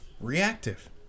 reactive